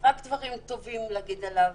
רק דברים טובים להגיד עליו,